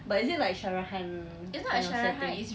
but is it like syarahan you know setting